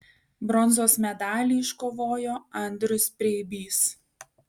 bronzos medalį iškovojo andrius preibys